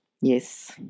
Yes